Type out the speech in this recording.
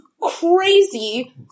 crazy